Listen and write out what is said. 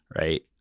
right